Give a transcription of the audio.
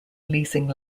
leasing